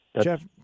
Jeff